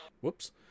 whoops